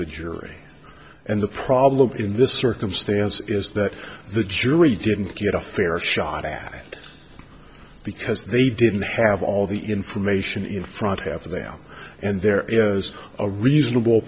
the jury and the problem in this circumstance is that the jury didn't get a fair shot at because they didn't have all the information in front of them and there was a reasonable